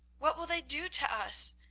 what will they do to us?